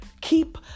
Keep